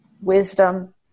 wisdom